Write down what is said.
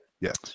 yes